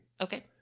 Okay